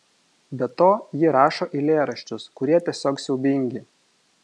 be to ji rašo eilėraščius kurie tiesiog siaubingi